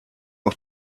auf